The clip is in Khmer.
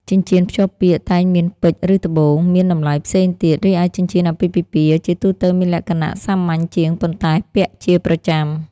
ចិញ្ចៀនភ្ជាប់ពាក្យតែងមានពេជ្រ ឬ ត្បូង មានតម្លៃផ្សេងទៀត រីឯចិញ្ចៀនអាពាហ៍ពិពាហ៍ជាទូទៅមានលក្ខណៈសាមញ្ញជាង ប៉ុន្តែពាក់ជាប្រចាំ។"